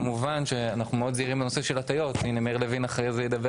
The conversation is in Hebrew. כמובן שאנחנו מאוד זהירים בנושא של הטיות מאיר לוין אחרי זה ידבר